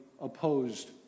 opposed